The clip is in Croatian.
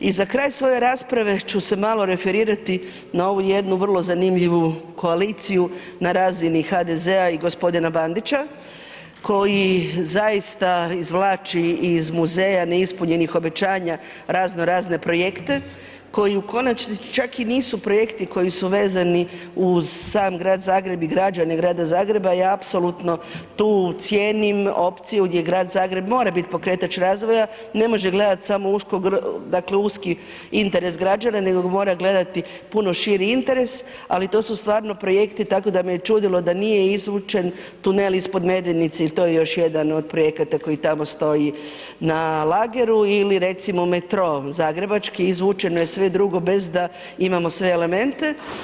I za kraj svoje rasprave ću se malo referirati na ovu jednu vrlo zanimljivu koaliciju na razini HDZ-a i g. Bandića koji zaista izvlači iz muzeja neispunjenih obećanja razno razne projekte koji u konačnici čak i nisu projekti koji su vezani uz sam grad Zagreb i građane grada Zagreba ja apsolutno tu cijenim opciju gdje grad Zagreb mora biti pokretač razvoja, ne može gledati samo usko, dakle uski interes građana nego mora gledati puno širi interes ali to su stvarno projekti tako da me je čudilo da nije izvučen tunel ispod Medvednice jer to je još jedan od projekata koji tamo stoji na lageru ili recimo, metro zagrebački, izvučeno je sve drugo bez da imamo sve elemente.